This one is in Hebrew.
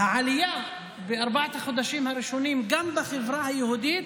זה העלייה בארבעת החודשים הראשונים גם בחברה היהודית.